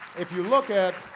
if you look at